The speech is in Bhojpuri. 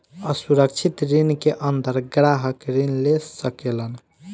असुरक्षित ऋण के अंदर ग्राहक ऋण ले सकेलन